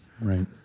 Right